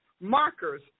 markers